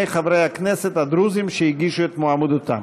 חברי הכנסת הדרוזים שהגישו את מועמדותם.